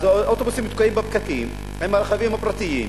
אז אוטובוסים תקועים בפקקים עם הרכבים הפרטיים,